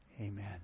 Amen